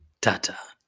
Ta-ta